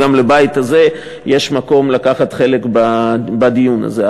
יש מקום שגם הבית הזה ייקח חלק בדיון הזה.